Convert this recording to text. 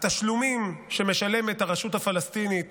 התשלומים שמשלמת הרשות הפלסטינית